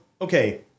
okay